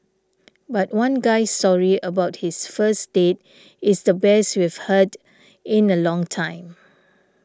but one guy's story about his first date is the best we've heard in a long time